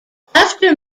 after